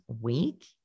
week